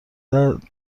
دهد